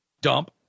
dump